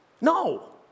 No